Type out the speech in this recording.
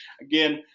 again